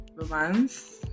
romance